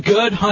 Good